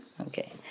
Okay